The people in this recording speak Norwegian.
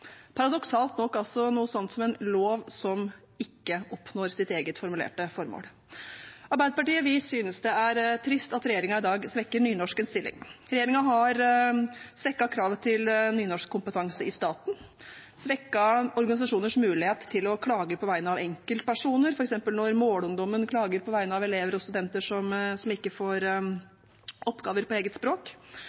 paradoksalt nok altså noe sånt som en lov som ikke oppnår sitt eget formulerte formål. Arbeiderpartiet synes det er trist at regjeringen i dag svekker nynorskens stilling. Regjeringen har svekket kravet til nynorskkompetanse i staten og svekket organisasjoners mulighet til å klage på vegne av enkeltpersoner, som f.eks. når Målungdommen klager på vegne av elever og studenter som ikke får oppgaver på eget språk.